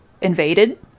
invaded